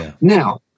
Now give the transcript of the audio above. Now